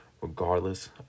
Regardless